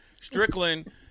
strickland